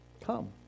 Come